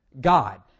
God